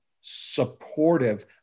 supportive